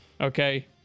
Okay